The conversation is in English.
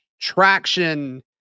traction